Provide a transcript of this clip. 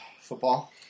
Football